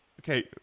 Okay